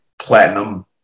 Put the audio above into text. platinum